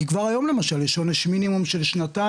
כי גם היום למשל כבר יש מינימום של שנתיים